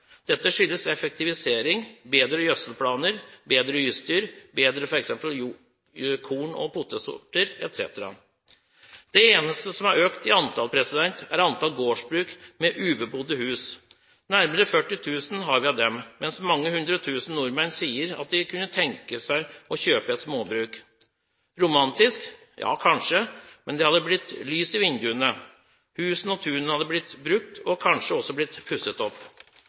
Dette skyldes effektivisering, bedre gjødselplaner, bedre utstyr, bedre f.eks. korn- og potetsorter etc. Det eneste som har økt i antall, er antall gårdsbruk med ubebodde hus. Nærmere 40 000 har vi av dem, mens flere hundre tusen nordmenn sier at de kunne tenke seg å kjøpe et småbruk. Romantisk? Ja, kanskje, men det hadde blitt lys i vinduene, husene og tunene hadde blitt brukt og kanskje også blitt pusset opp.